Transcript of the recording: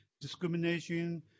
Discrimination